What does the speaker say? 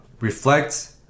Reflect